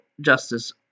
justice